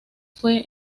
fue